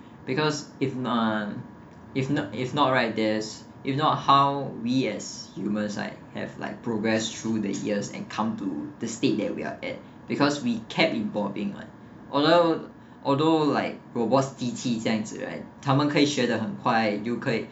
because if uh if if not if not how we as humans right have like progress through the years and come to the state that we are at because we kept evolving [one] although although like robots 机器这样子 right 他们可以学得很快又可以